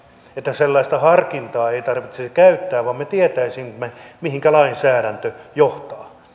että sellaista harkintaa ei tarvitsisi käyttää vaan me tietäisimme mihinkä lainsäädäntö johtaa